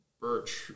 birch